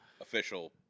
Official